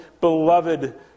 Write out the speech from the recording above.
beloved